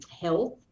health